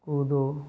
कूदो